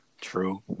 True